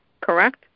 correct